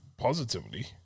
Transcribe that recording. positively